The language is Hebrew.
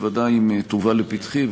בוודאי אם תובא לפתחי,